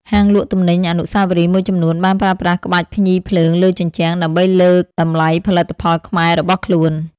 ហាងលក់ទំនិញអនុស្សាវរីយ៍មួយចំនួនបានប្រើប្រាស់ក្បាច់ភ្ញីភ្លើងលើជញ្ជាំង ដើម្បីលើកតម្លៃផលិតផលខ្មែររបស់ខ្លួន។